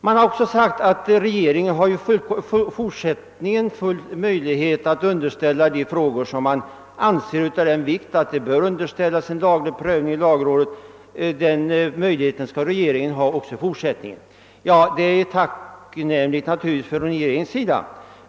Det har också sagts att regeringen även i fortsättningen har möjlighet att underställa lagrådet frågor man anser vara av den vikt att de bör genomgå en rent juridisk prövning. Detta är naturligtvis tacknämligt för regeringen.